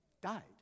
died